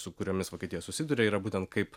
su kuriomis vokietija susiduria yra būtent kaip